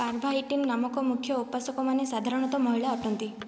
ପାର୍ଭାଇଟିନ୍ ନାମକ ମୁଖ୍ୟ ଉପାସକମାନେ ସାଧାରଣତଃ ମହିଳା ଅଟନ୍ତି